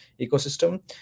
ecosystem